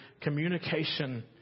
Communication